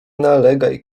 nalegaj